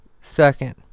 second